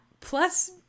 plus